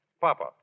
Papa